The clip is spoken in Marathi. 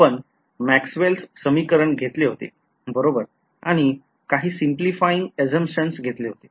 आपण मॅक्सवेलस समीकरण घेतले होते बरोबर आणि काही सिम्प्लिफायिंग assumptions घेतले होते